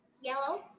Yellow